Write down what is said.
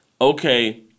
okay